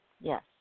Yes